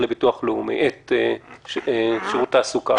שירות התעסוקה.